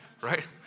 right